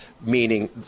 meaning